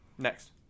Next